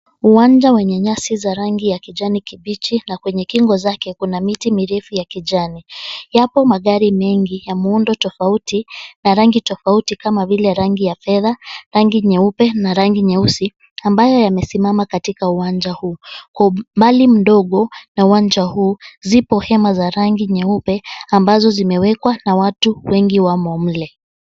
Uwanja wenye nyasi za rangi ya kijani kibichi na kwenye kingo zake kuna miti mirefu ya kijani. Yapo magari mengi ya muundo tofauti na rangi tofauti kama vile rangi ya fedha, rangi nyeupe na rangi nyeusi ambayo yamesimama katika uwanja huu. Kwa umbali mdogo na uwanja huu, zipo hema za rangi nyeupe ambazo zimewekwa na watu wengi wamo mle.